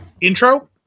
intro